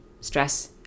stress